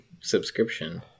subscription